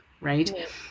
right